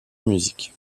musique